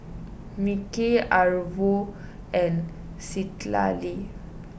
Mickie Arvo and Citlalli